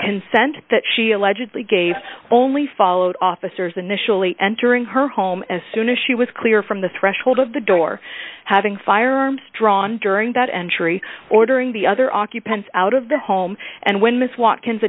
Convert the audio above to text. consent that she allegedly gave only followed officers and the shalit entering her home as soon as she was clear from the threshold of the door having firearms drawn during that entry ordering the other occupants out of the home and when ms watkins